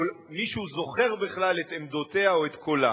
מישהו זוכר בכלל את עמדותיה או את קולה.